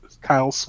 Kyle